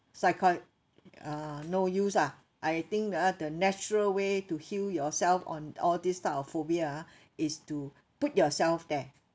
psychia~ ah no use ah I think ah the natural way to heal yourself on all this type of phobia ah is to put yourself there